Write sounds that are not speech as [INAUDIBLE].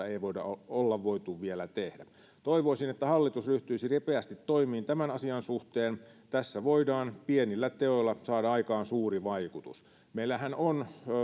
[UNINTELLIGIBLE] ei olla olla voitu vielä tehdä toivoisin että hallitus ryhtyisi ripeästi toimiin tämän asian suhteen tässä voidaan pienillä teoilla saada aikaan suuri vaikutus meillähän on